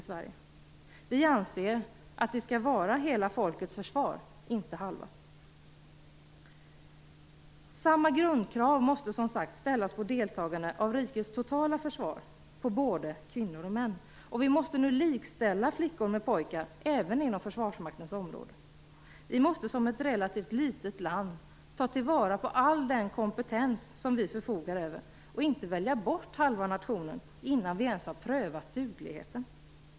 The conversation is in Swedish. Vi anser att det skall vara hela folkets försvar, inte halva. Samma grundkrav på deltagande av rikets totala försvar måste ställas på både kvinnor och män. Vi måste nu likställa flickor med pojkar även inom Försvarsmaktens område. Vi måste som ett relativt litet land tillvarata all den kompetens som vi förfogar över och inte välja bort halva nationen innan vi ens har prövat dugligheten.